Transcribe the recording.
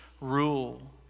rule